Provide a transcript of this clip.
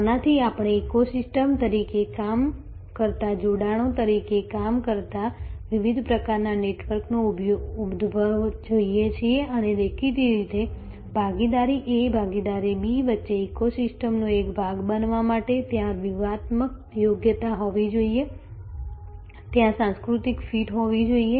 આનાથી આપણે ઇકોસિસ્ટમ તરીકે કામ કરતા જોડાણો તરીકે કામ કરતા વિવિધ પ્રકારના નેટવર્કનો ઉદભવ જોઈએ છીએ અને દેખીતી રીતે ભાગીદાર A ભાગીદાર B વચ્ચે ઇકોસિસ્ટમનો એક ભાગ બનવા માટે ત્યાં વ્યૂહાત્મક યોગ્યતા હોવી જોઈએ ત્યાં સાંસ્કૃતિક ફિટ હોવી જોઈએ